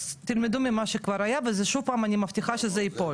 אז תלמדו ממה שכבר היה זה שוב פעם אני מבטיחה שזה ייפול,